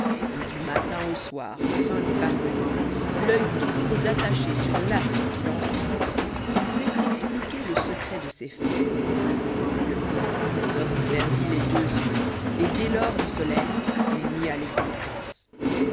et du matin au soir afin d'y parvenir l'oeil toujours attaché sur l'astre qu'il encense il vouloit expliquer le secret dé ses feux le pauvre philosophe y perdit les deux yeux et dès-lors du soleil il nia l'existence